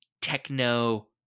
techno